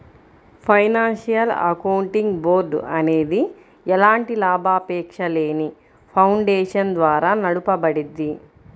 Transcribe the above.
financial accounting board అనేది ఎలాంటి లాభాపేక్షలేని ఫౌండేషన్ ద్వారా నడపబడుద్ది